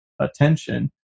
attention